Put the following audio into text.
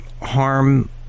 harm